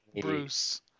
Bruce